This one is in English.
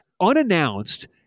unannounced